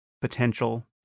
potential